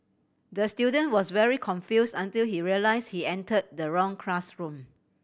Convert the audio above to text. the student was very confuse until he realise he enter the wrong classroom